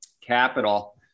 capital